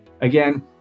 Again